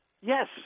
Yes